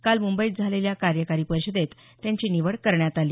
काल मुंबईत झालेल्या कार्यकारी परिषदेत त्यांची निवड करण्यात आली